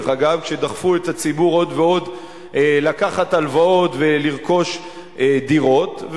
כשדחפו את הציבור עוד ועוד לקחת הלוואות ולרכוש דירות.